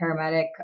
paramedic